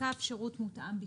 לקו שירות מותאם ביקוש.